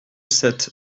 sept